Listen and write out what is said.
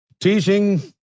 Teaching